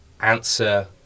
answer